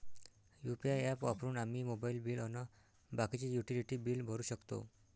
UPI app वापरून आम्ही mobile bill अन बाकीचे युटिलिटी बिल भरू शकतो